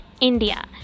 india